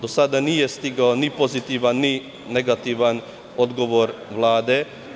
Do sada nije stigao ni pozitivan ni negativan odgovor Vlade.